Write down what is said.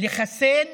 לחסן